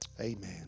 Amen